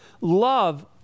love